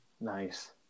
Nice